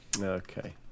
Okay